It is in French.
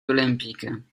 olympiques